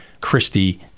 Christie